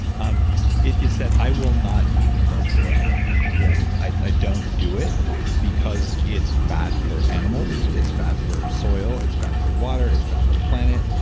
um it is that i will not eat industrial animal meat, period. i don't do it because it's bad for animals, it's bad for soil, it's bad for water, it's bad for the planet,